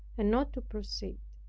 and not to proceed.